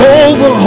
over